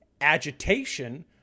agitation